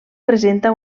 presenta